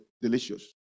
delicious